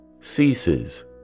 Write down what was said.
ceases